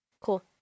cool